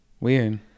weird